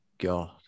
God